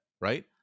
right